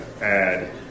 add